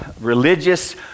religious